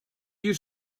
you